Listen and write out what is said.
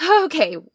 Okay